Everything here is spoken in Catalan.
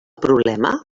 problema